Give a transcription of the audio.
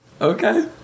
Okay